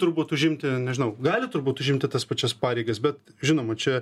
turbūt užimti nežinau gali turbūt užimti tas pačias pareigas bet žinoma čia